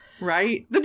Right